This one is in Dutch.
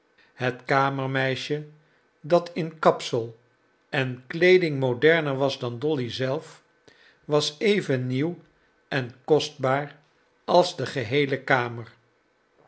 het kamermeisje dat in kapsel en kleeding moderner was dan dolly zelf was even nieuw en kostbaar als de geheele kamer